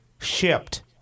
Shipped